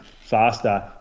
faster